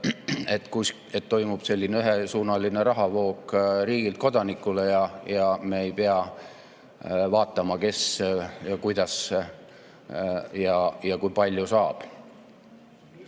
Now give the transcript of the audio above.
et toimub selline ühesuunaline rahavoog riigilt kodanikule ja me ei pea vaatama, kes ja kuidas ja kui palju saab.